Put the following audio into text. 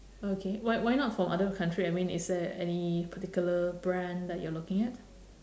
okay why why not from other country I mean is there any particular brand that you're looking at